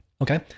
Okay